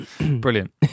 Brilliant